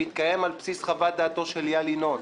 מתקיים על בסיס חוות דעתו של איל ינון,